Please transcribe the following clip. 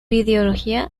ideología